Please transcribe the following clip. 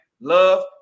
love